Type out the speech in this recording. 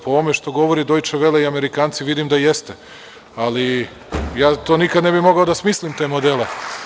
Po ovome što govori Dojče vele i Amerikanci vidim da jeste, ali ja to nikada ne bih mogao da smislim te modele.